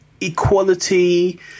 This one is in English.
equality